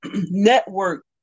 network